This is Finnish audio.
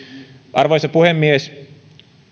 arvoisa puhemies